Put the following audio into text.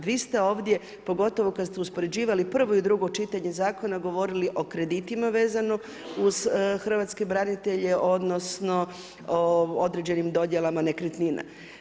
Vi ste ovdje pogotovo kad ste uspoređivali prvo i drugo čitanje Zakona, govorili o kreditima vezano uz hrvatske branitelje, odnosno, o određenim dodjelama nekretnina.